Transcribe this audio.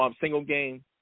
single-game